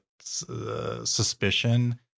suspicion